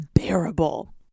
unbearable